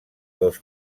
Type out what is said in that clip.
dos